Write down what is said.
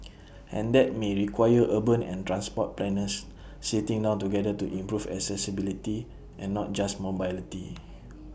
and that may require urban and transport planners sitting down together to improve accessibility and not just mobility